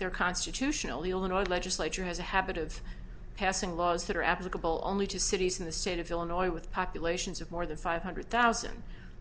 there constitutionally on our legislature has a habit of passing laws that are applicable only to cities in the state of illinois with populations of more than five hundred thousand